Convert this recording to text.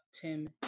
Tim